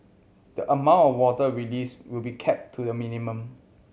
the amount of water released will be kept to a minimum